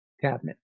cabinet